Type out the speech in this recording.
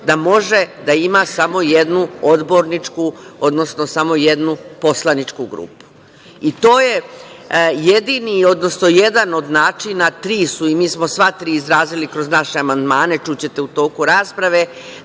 čega god, da ima samo jednu odborničku, odnosno samo jednu poslaničku grupu. To je jedini, odnosno jedan od načina, tri su i mi smo sva tri izrazili kroz naše amandmane, čućete u toku rasprave,